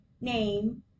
name